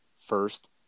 first